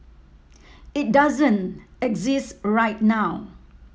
it doesn't exist right now